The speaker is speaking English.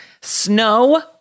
Snow